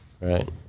right